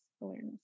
awareness